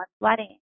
wedding